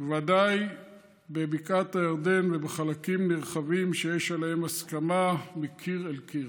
ודאי בבקעת הירדן ובחלקים נרחבים שיש עליהם הסכמה מקיר לקיר.